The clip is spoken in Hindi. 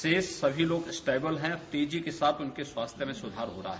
शेष सभी लोग स्टेबल हैं तेजी के साथ उनके स्वास्थ्य में सुधार हो रहा है